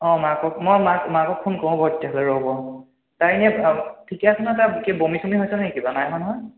অঁ মাকক মই মাক মাকক ফোন কৰোঁ বাৰু তেতিয়া হ'লে ৰ'ব তাৰ এনেই ঠিকে আছে নহয় ছাৰ কি বমি চমি হৈছে নি কিবা নাই হোৱা নহয়